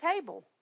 table